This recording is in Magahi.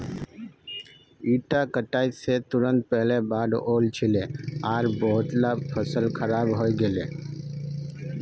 इता कटाई स तुरंत पहले बाढ़ वल छिले आर बहुतला फसल खराब हई गेले